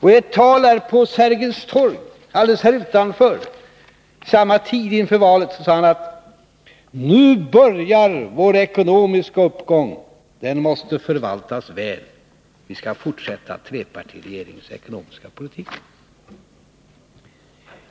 I ett tal här utanför på Sergels torg vid samma tid före valet sade herr Bohman: Nu börjar vår ekonomiska uppgång. Den måste förvaltas väl. Vi skall fortsätta trepartiregeringens ekonomiska politik.